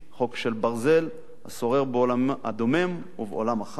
חוק של ברזל השורר בעולם הדומם ובעולם החי,